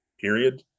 period